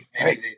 right